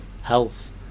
health